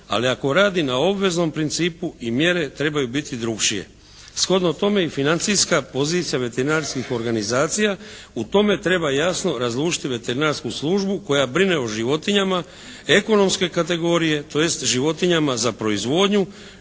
Ali ako radi na obveznom principu i mjere trebaju biti drukčije. Shodno tome i financijska pozicija veterinarskih organizacija u tome treba jasno razlučiti veterinarsku službu koja brine o životinjama ekonomske kategorije tj. životinjama za proizvodnju,